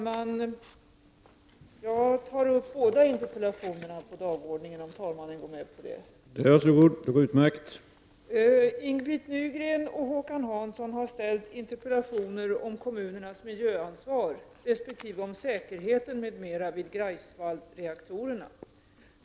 Herr talman! Ing-Britt Nygren och Håkan Hansson har ställt interpellationer om kommunernas miljöansvar resp. om säkerheten m.m. vid Greifswaldsreaktorerna.